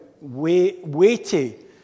weighty